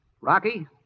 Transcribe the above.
Rocky